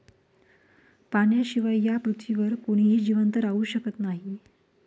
पाण्याशिवाय या पृथ्वीवर कोणीही जिवंत राहू शकत नाही